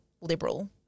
Liberal